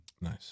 Nice